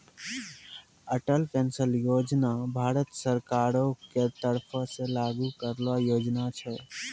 Atal pension योजना भारत सरकारो के तरफो से लागू करलो योजना छै